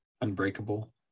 Unbreakable